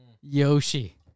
Yoshi